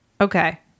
Okay